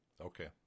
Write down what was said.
Okay